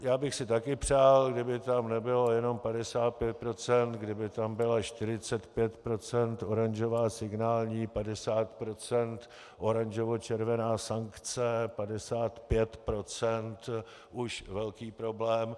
Já bych si také přál, kdyby tam nebylo jen 55 %, kdyby tam bylo 45 % oranžová signální, 50 % oranžovočervená sankce, 55 % už velký problém.